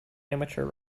amateur